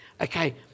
Okay